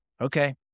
okay